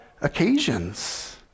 occasions